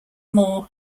more